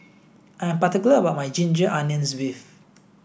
I'm particular about my ginger onions beef